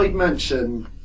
mansion